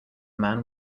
man